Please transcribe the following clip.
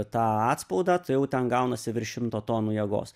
tą atspaudą tai jau ten gaunasi virš šimto tonų jėgos